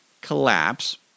collapse